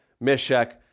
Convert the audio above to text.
Meshach